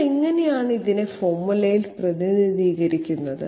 നമ്മൾ എങ്ങനെയാണ് ഇതിനെ ഫോർമുലയിൽ പ്രതിനിധീകരിക്കുന്നത്